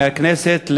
מהכנסת,